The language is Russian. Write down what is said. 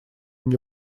мне